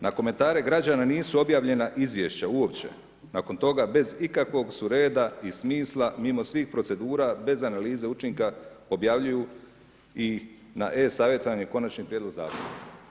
Na komentare građana nisu objavljena izvješća, uopće, nakon toga, bez ikakvog su reda i smisla, mimo svih procedura, bez analize učinka objavljuju i na e-savjetovanje konačni prijedlog zakona.